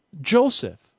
Joseph